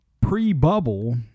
pre-bubble